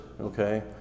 Okay